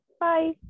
Bye